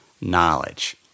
knowledge